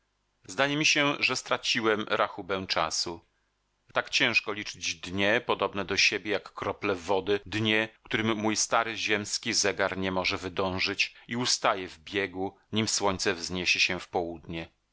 mi się że straciłem rachubę czasu tak ciężko liczyć dnie podobne do siebie jak krople wody dnie którym mój stary ziemski zegar nie może wydążyć i ustaje w biegu nim słońce wzniesie się w południe